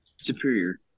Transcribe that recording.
Superior